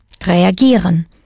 Reagieren